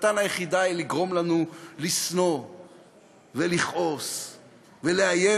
מטרתן היחידה היא לגרום לנו לשנוא ולכעוס ולאיים